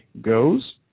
goes